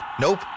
Nope